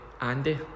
Andy